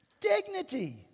Dignity